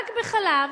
רק בחלב,